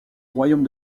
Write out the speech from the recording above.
royaume